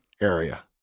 area